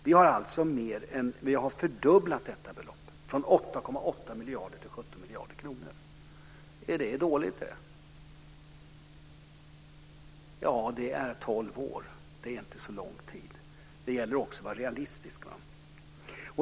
Vi har alltså fördubblat detta belopp, från 8,8 miljarder till 17 miljarder kronor. Är det dåligt? Ja, det är tolv år. Det är inte så lång tid. Det gäller också att vara realistisk.